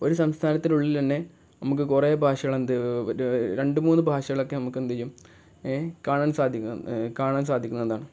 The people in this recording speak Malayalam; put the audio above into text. ഒരു സംസ്ഥാനത്തിലുള്ളിൽ തന്നെ നമുക്ക് കുറേ ഭാഷകൾ എന്ത് രണ്ട് മൂന്ന് ഭാഷകളൊക്കെ നമുക്ക് എന്ത് ചെയ്യും ഏ കാണാൻ സാധിക്കും കാണാൻ സാധിക്കുന്നതാണ്